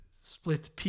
Split